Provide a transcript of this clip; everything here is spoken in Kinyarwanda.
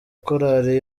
korari